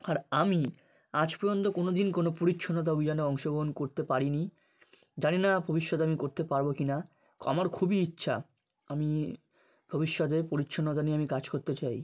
আর আমি আজ পর্যন্ত কোনো দিন কোনো পরিচ্ছন্নতা অভিযানে অংশগ্রহণ করতে পারিনি জানি না ভবিষ্যতে আমি করতে পারবো কিনা আমার খুবই ইচ্ছা আমি ভবিষ্যতে পরিচ্ছন্নতা নিয়ে আমি কাজ করতে চাই